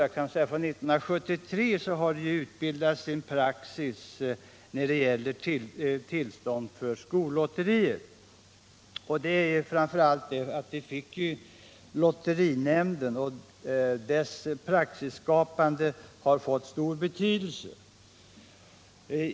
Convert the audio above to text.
Men från 1973 har en praxis utbildats när det gäller tillstånd för skollotterier, framför allt genom att vi fått lotterinämnden. Dess praxisskapande har fått stor betydelse.